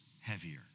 heavier